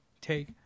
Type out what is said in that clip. take